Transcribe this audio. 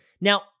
Now